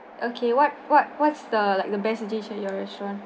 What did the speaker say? okay what what what's the like the best dish at your restaurant